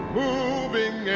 moving